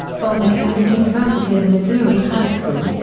vonn attended university of missouri high school,